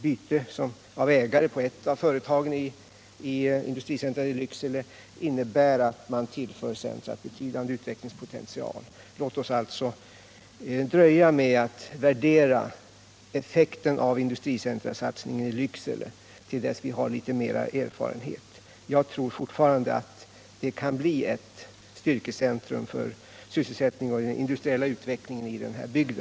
Bytet av ägare till ett av företagen i industricentret innebär att man nu tillför centret en betydande utvecklingspotential. Låt oss alltså dröja med att värdera effekten av satsningen på ett industricentrum i Lycksele tills vi har mera erfarenhet. Jag tror fortfarande att det kan bli ett styrkecentrum för sysselsättningen och den industriella utvecklingen i denna bygd.